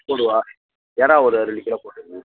கொடுவா இறா ஒரு ரெண்டு கிலோ போட்டுருங்க